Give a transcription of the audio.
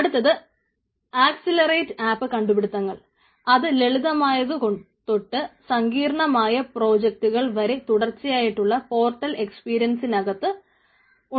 അടുത്തത് accelerate app ഉപയോഗിക്കുന്നു